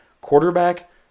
Quarterback